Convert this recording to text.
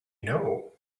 know